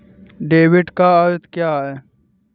Debit का अर्थ क्या है?